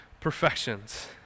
perfections